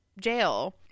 jail